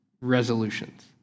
resolutions